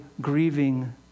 grieving